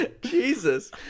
Jesus